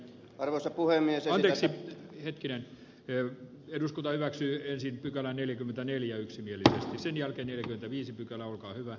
arvoisa puhemies on yksi henkilö eun eduskunta hyväksyy ensin pykälä neljäkymmentäneljä yksi mirko sen jälkeen neljäkymmentäviisi pykälä olkaa hyvä